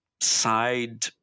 side